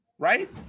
right